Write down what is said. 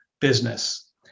business